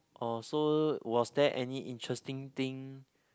uh so was there any interesting thing